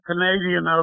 Canadian